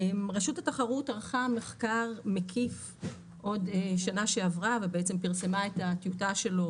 רשות התחרות ערכה מחקר מקיף בשנה שעברה ופרסמה את הטיוטה שלו